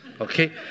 Okay